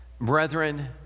Brethren